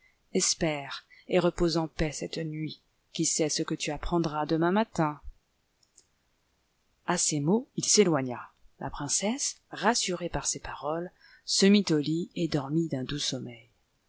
espère et repose en paix cette nuit qui sait ce que tu apprendras demain matin a ces mots il s'éloigna la princesse rassurée par ses paroles se mit au lit et dormit d'un doux sommeil